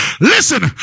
Listen